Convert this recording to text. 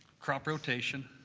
crop rotation.